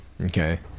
Okay